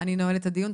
אני נועלת את הדיון.